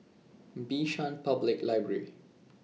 Bishan Public Library